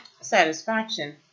satisfaction